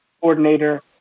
coordinator